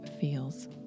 feels